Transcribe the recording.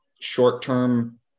Short-term